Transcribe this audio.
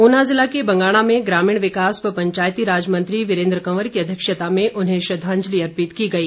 ऊना जिला के बंगाणा में ग्रामीण विकास व पंचायती राज मंत्री वीरेन्द्र कंवर की अध्यक्षता में उन्हें श्रद्धांजलि अर्पित की गई